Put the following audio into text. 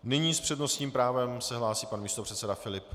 Nyní s přednostním právem se hlásí pan místopředseda Filip.